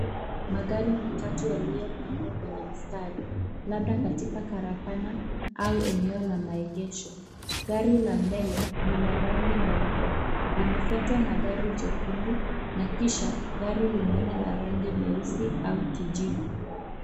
Magari matatu yaliyopangwa kwenye mstari labda katika karakana au eneo la maegesho. Gari la mbele ni la rangi nyeupe, limefwatwa na gari jekundu na kisha gari lingine la rangi nyeusi au kijivu.